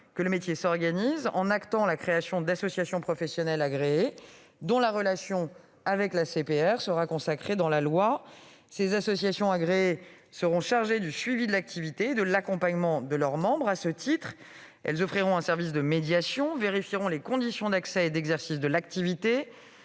que celui-ci s'organise, en actant la création d'associations professionnelles agréées, dont la relation avec l'ACPR sera consacrée dans la loi. Ces associations agréées seront chargées du suivi de l'activité et de l'accompagnement de leurs membres. À ce titre, elles offriront un service de médiation et vérifieront les conditions d'accès et d'exercice de l'activité,